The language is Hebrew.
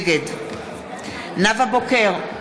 נגד נאוה בוקר,